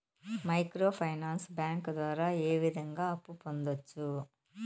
micro finance bank ద్వారా ఏ విధంగా అప్పు పొందొచ్చు